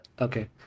Okay